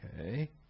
Okay